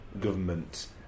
government